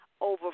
Over